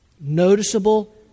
noticeable